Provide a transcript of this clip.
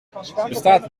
bestaat